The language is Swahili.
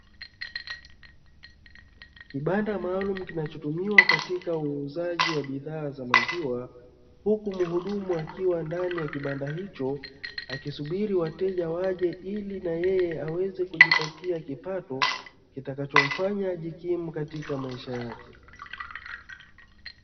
Kibanda maalum kinachotumiwa katika uuzaji wa bidhaa za maziwa huku mhudumu akiwa ndani ya kibanda hicho akisubiri wateja waje ili na yeye aweze kujipatia kipato kitakachomfanya ajikimu katika maisha yake.